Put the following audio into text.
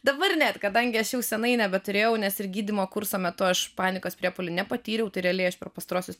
dabar net kadangi aš jau seniai nebeturėjau nes ir gydymo kurso metu aš panikos priepuolių nepatyriau tai realiai aš per pastaruosius